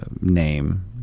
name